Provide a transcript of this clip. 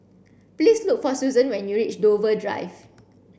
please look for Susan when you reach Dover Drive